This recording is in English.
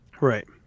Right